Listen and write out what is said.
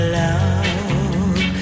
love